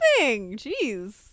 Jeez